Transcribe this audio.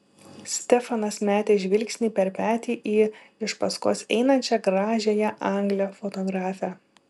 stefanas metė žvilgsnį per petį į iš paskos einančią gražiąją anglę fotografę